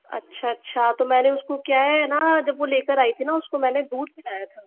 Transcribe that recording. अच्छा अच्छा तो मैंने उसको क्या है ना जब वो लेकर आई थी ना उसको मैंने दूध पिलाया था